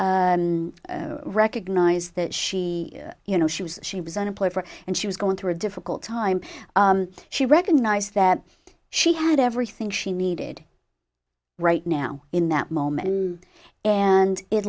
recognized that she you know she was she was unemployed for and she was going through a difficult time she recognized that she had everything she needed right now in that moment and it